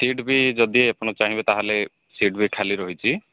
seat ବି ଯଦି ଆପଣ ଚାହିଁବେ ତାହେଲେ ସିଟ୍ ବି ଖାଲି ରହିଛି